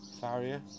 Farrier